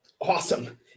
awesome